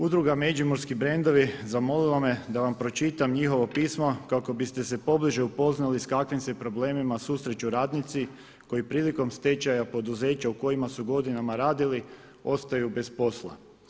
Udruga Međimurski brendovi zamolila me da vam pročitam njihovo pismo kako biste se pobliže upoznali s kakvim se problemima susreću radnici koji prilikom stečaja poduzeća u kojima su godinama radili ostaju bez posla.